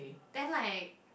then like